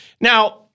Now